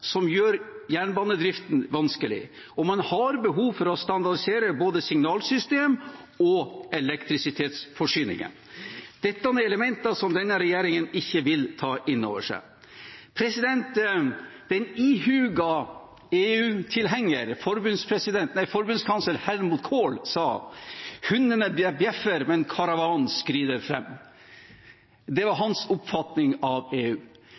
som gjør jernbanedriften vanskelig. Og man har behov for å standardisere både signalsystem og elektrisitetsforsyning. Dette er elementer som denne regjeringen ikke vil ta innover seg. Den ihuga EU-tilhenger, forbundskansler Helmut Kohl, sa: Hundene bjeffer, men karavanen skrider fram. Det var hans oppfatning av EU.